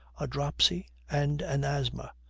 a dropsy, and an asthma,